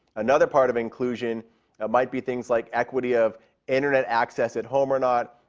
another part of inclusion might be things like equity of internet access at home or not.